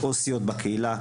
עו"סיות בקהילה,